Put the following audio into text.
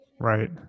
Right